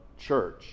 church